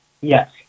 Yes